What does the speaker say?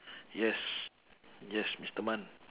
yes yes mister man